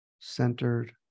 centered